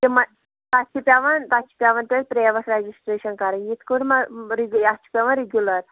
تِم ما تَتھ چھِ پٮ۪وان تَتھ چھِ پٮ۪وان تۄہہِ پرٛیوٹ رجسٹرٛیشَن کَرٕنۍ یِتھٕ کٲٹھۍ ما رِگ اَتھ چھِ پٮ۪وان رِگیوٗلَر